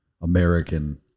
American